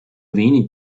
wenig